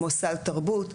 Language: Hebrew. כמו סל תרבות,